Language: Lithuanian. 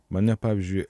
mane pavyzdžiui